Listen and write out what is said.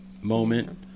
moment